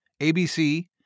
ABC